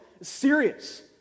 Serious